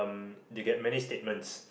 they get many statements